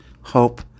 hope